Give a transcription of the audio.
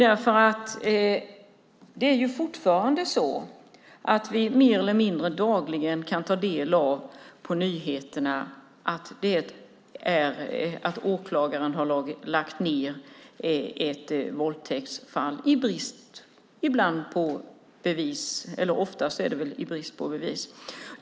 Vi kan fortfarande mer eller mindre dagligen höra på nyheterna att åklagare har lagt ned ett våldtäktsfall, oftast i brist på bevis.